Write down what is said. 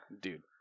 dude